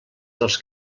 dels